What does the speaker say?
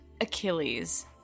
Achilles